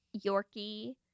Yorkie